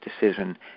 decision